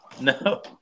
No